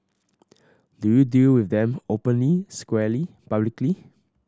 do you deal with them openly squarely publicly